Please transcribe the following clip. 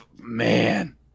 Man